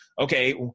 okay